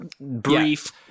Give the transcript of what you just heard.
brief